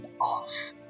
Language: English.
off